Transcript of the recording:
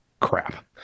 Crap